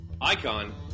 Icon